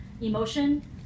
emotion